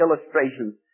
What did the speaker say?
illustrations